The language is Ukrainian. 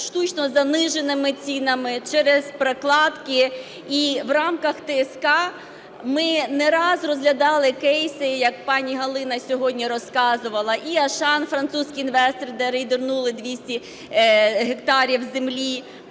штучно заниженими цінами через прокладки. І в рамках ТСК ми не раз розглядали кейси, як пані Галина сьогодні розказувала. І "Ашан", французький інвестор, де рейдернули 200 гектарів землі,